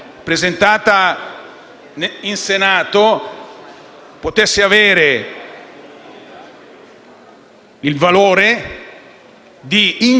presentata in Senato potesse avere il valore di indicare